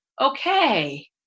okay